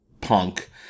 punk